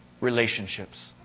relationships